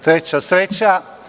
Treća sreća.